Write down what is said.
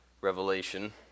Revelation